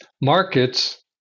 markets